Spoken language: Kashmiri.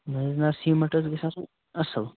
نہٕ حظ نہ سیٖمٮ۪نٛٹ حظ گژھِ آسُن اصٕل